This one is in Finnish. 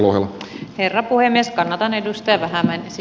arvoisa herra puhemies kanadan edustaja vähämäen j